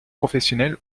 professionnelle